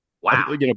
wow